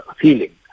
feeling